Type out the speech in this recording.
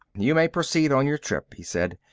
you may proceed on your trip, he said.